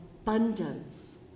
abundance